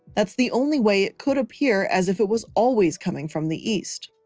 that's the only way it could appear as if it was always coming from the east.